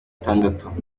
gatandatu